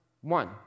one